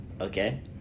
Okay